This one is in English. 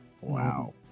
Wow